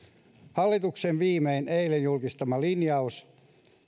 hallituksen viimein eilen julkistamaa linjausta